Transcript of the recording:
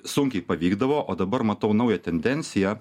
sunkiai pavykdavo o dabar matau naują tendenciją